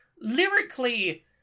Lyrically